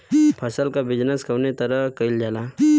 फसल क बिजनेस कउने तरह कईल जाला?